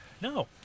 No